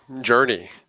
journey